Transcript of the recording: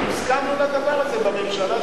אנחנו הסכמנו לדבר הזה בממשלה שלך,